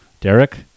Derek